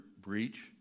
breach